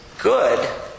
good